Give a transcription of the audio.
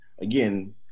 again